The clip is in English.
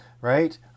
right